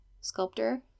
sculptor